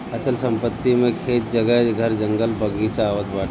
अचल संपत्ति मे खेत, जगह, घर, जंगल, बगीचा आवत बाटे